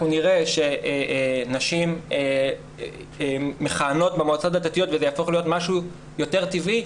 נראה שנשים מכהנות במועצות הדתיות וזה יהפוך להיות משהו יותר טבעי,